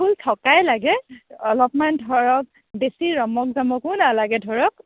ফুল থকাই লাগে অলপমান ধৰক বেছি ৰমক জমকো নালাগে ধৰক